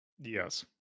Yes